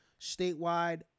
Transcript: statewide